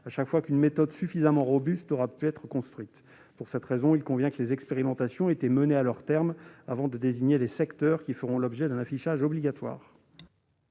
chaque fois qu'une méthode suffisamment robuste aura pu être conçue. Pour cette raison, il convient de prévoir que les expérimentations aient été menées à leur terme avant de désigner les secteurs qui feront l'objet d'un affichage obligatoire.